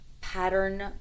pattern